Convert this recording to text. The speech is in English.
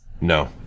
No